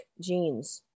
genes